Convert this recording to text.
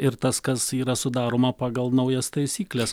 ir tas kas yra sudaroma pagal naujas taisykles